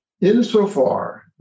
insofar